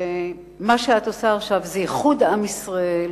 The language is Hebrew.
שמה שאת עושה עכשיו הוא איחוד עם ישראל,